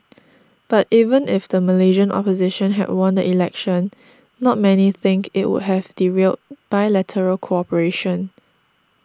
but even if the Malaysian opposition had won the election not many think it would have derailed bilateral cooperation